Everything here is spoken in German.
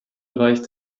bereich